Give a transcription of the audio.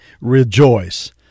rejoice